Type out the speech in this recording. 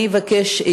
אני אבקש,